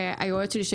היועץ שלי,